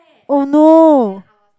oh no